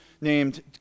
named